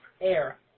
air